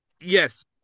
yes